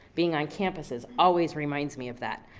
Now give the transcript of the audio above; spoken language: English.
being on campuses always reminds me of that.